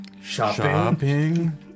Shopping